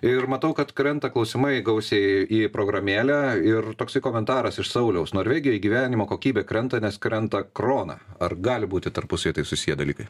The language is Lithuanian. ir matau kad krenta klausimai gausiai į programėlę ir toksai komentaras iš sauliaus norvegijoj gyvenimo kokybė krenta nes krenta krona ar gali būti tarpusavyje tai susiję dalykai